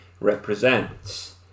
represents